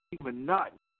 monotonous